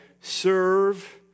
serve